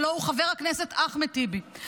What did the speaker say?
הלוא הוא חבר הכנסת אחמד טיבי.